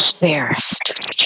embarrassed